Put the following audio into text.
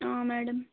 madam